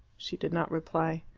she did not reply.